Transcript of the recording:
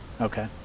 Okay